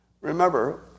Remember